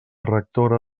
rectora